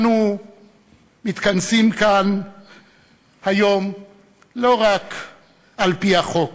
אנו מתכנסים כאן היום לא רק על-פי החוק